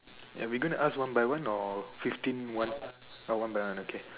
are we going to ask one by one or fifteen one oh one by one okay